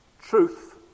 truth